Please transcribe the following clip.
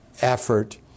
effort